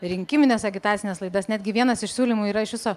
rinkimines agitacines laidas netgi vienas iš siūlymų yra iš viso